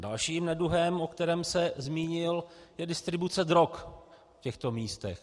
Dalším neduhem, o kterém se zmínil, je distribuce drog v těchto místech.